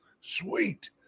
Sweet